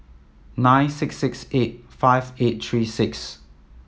nine six six eight five eight three six